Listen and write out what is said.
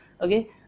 okay